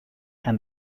and